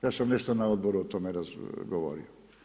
Ja sam nešto na odboru o tome govorio.